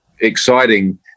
exciting